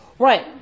Right